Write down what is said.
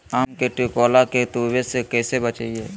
आम के टिकोला के तुवे से कैसे बचाई?